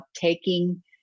taking